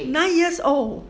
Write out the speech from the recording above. nine years old